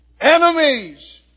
enemies